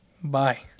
Bye